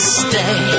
stay